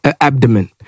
abdomen